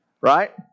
right